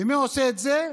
ומי עושה את זה?